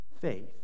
faith